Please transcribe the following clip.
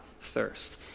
thirst